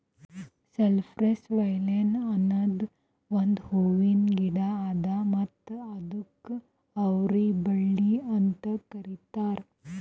cypress vine ಅನದ್ ಒಂದು ಹೂವಿನ ಗಿಡ ಅದಾ ಮತ್ತ ಇದುಕ್ ಅವರಿ ಬಳ್ಳಿ ಅಂತ್ ಕರಿತಾರ್